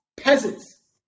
peasants